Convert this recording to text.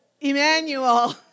Emmanuel